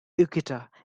equator